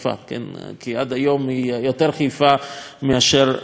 עד היום היא יותר חיפה מאשר מפרץ.